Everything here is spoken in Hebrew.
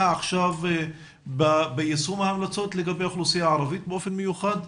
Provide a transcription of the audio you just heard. עכשיו ביישום ההמלצות לגבי האוכלוסייה הערבית באופן מיוחד.